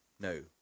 No